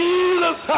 Jesus